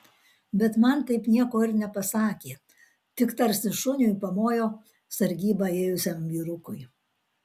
bet man taip nieko ir nepasakė tik tarsi šuniui pamojo sargybą ėjusiam vyrukui